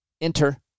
Enter